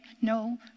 No